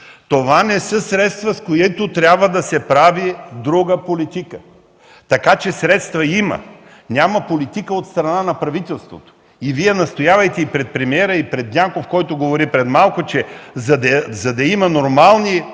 Това не са средства, с които трябва да се прави друга политика. Така че средства има. Няма политика от страна на правителството. И Вие, настоявайки пред премиера и пред Дянков, който говори преди малко, че за да има нормални